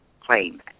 claim